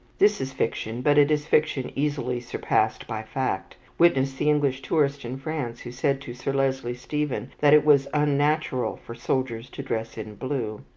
this is fiction, but it is fiction easily surpassed by fact witness the english tourist in france who said to sir leslie stephen that it was unnatural for soldiers to dress in blue.